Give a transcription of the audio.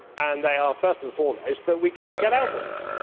and they are, first and foremost, that we can't get out of it.